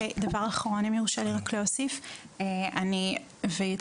אני חושבת